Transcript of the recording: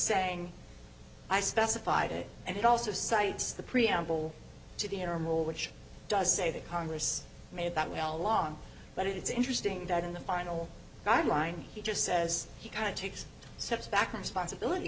saying i specified it and it also cites the preamble to the informal which does say that congress made that way all along but it's interesting that in the final guideline he just says he kind of takes